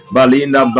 Balinda